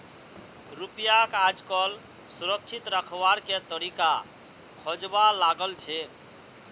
रुपयाक आजकल सुरक्षित रखवार के तरीका खोजवा लागल छेक